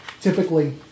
typically